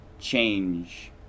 change